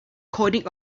coding